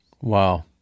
Wow